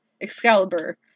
Excalibur